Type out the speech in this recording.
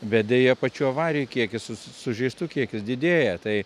bet deja pačių avarijų kiekis su sužeistų kiekis didėja tai